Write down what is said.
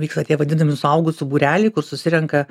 vyksta tie vadinami suaugusių būreliai kur susirenka